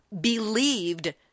believed